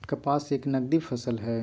कपास एक नगदी फसल हई